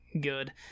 good